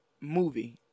movie